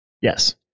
Yes